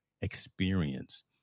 experience